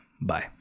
Bye